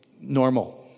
normal